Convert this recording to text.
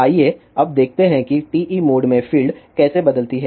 आइए अब देखते हैं कि TE मोड में फ़ील्ड कैसे बदलती हैं